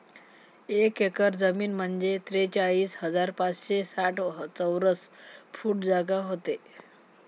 एक एकर जमीन म्हंजे त्रेचाळीस हजार पाचशे साठ चौरस फूट जागा व्हते